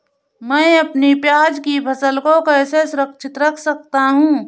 मैं अपनी प्याज की फसल को कैसे सुरक्षित रख सकता हूँ?